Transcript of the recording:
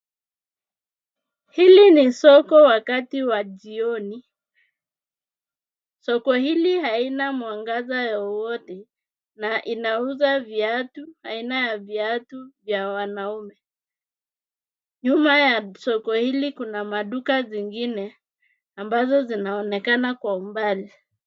Hili ni soko wakati wa jioni. Soko hili haina mwangaza wowote na linauza viatu vya wanaume. Nyuma ya soko hili kuna maduka zingine ambazo zinaonekana kwa umbali.